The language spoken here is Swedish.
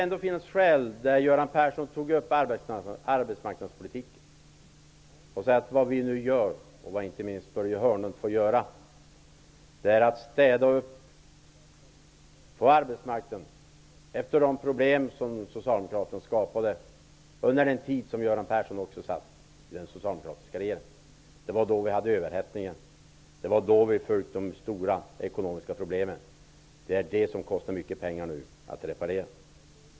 Eftersom Göran Persson tog upp arbetsmarknadspolitiken finns det skäl att säga att vad vi, och inte minst Börje Hörnlund, nu får göra är att städa upp på arbetsmarknaden efter de problem som Socialdemokraterna skapade under den tid som Göran Persson också ingick i den socialdemokratiska regeringen. Det var då vi fick överhettningen och de stora ekonomiska problemen. Det är det som nu kostar mycket pengar att reparera.